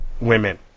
women